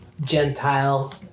gentile